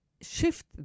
shift